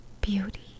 Beauty